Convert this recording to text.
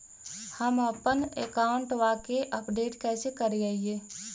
हमपन अकाउंट वा के अपडेट कैसै करिअई?